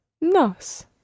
Nos